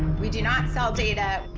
we do not sell data.